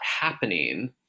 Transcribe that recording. happening